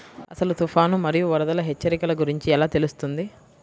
అసలు తుఫాను మరియు వరదల హెచ్చరికల గురించి ఎలా తెలుస్తుంది?